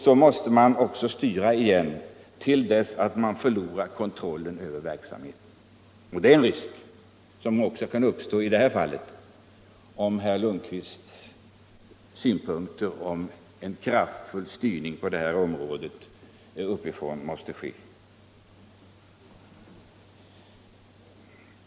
Så måste man styra även där — till dess att man förlorar kontrollen över verksamheten. Det är en risk som också kan uppstå om man följer herr Lundkvists synpunkter på en kraftfull styrning uppifrån.